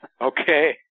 Okay